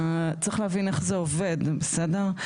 צריך להבין איך זה עובד, בסדר?